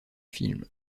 film